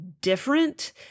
different